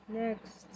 next